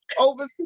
over